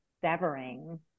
severing